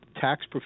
tax